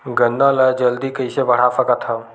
गन्ना ल जल्दी कइसे बढ़ा सकत हव?